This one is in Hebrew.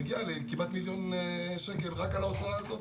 זה מגיע כמעט למיליון שקל רק על ההוצאה הזאת,